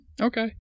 Okay